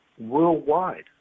worldwide